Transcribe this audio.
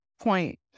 point